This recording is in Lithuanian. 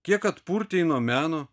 kiek atpurtei nuo meno